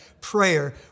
prayer